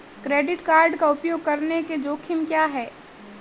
Credit card का उपयोग करने के जोखिम क्या हैं?